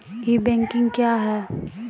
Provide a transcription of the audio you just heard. ई banking क्या हैं?